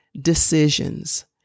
decisions